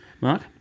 Mark